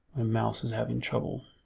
um mouse is having trouble,